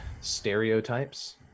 stereotypes